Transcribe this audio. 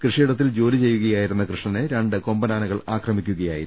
കൃഷിയിടത്തിൽ ജോലി ചെയ്യുകയായിരുന്ന കൃഷ്ണനെ രണ്ട് കൊമ്പനാനകൾ ആക്രമിക്കു കയായിരുന്നു